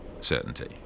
certainty